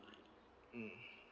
mm